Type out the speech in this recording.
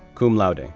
cum laude,